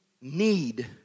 need